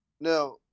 Now